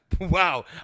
Wow